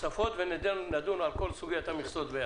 אם לא ייגמר חפשו בשביעיות.